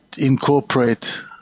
incorporate